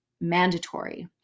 mandatory